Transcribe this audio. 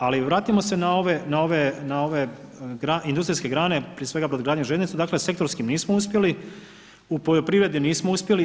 Ali vratimo se na ove industrijske grane, prije svega brodogradnja i željeznice, dakle sektorski nismo uspjeli, u poljoprivredi nismo uspjeli.